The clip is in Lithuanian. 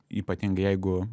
ypatingai jeigu